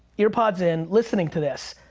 ear pods in, listening to this.